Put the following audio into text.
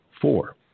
four